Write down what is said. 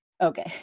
Okay